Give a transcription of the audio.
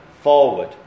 forward